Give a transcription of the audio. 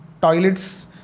toilets